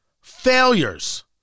Failures